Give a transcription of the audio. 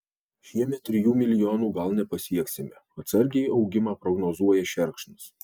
šiemet trijų milijonų gal nepasieksime atsargiai augimą prognozuoja šerkšnas